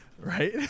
Right